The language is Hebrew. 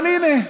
אבל הינה,